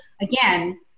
again